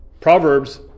Proverbs